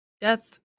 death